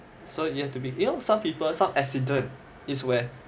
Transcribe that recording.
so you have to be you know some people some accident is where